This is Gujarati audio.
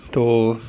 તો